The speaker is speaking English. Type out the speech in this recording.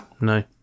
No